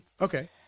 Okay